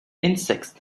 insects